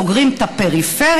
סוגרים את הפריפריה,